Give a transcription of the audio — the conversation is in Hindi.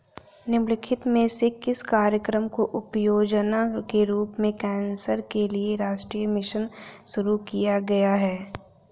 निम्नलिखित में से किस कार्यक्रम को उपयोजना के रूप में कैंसर के लिए राष्ट्रीय मिशन शुरू किया गया है?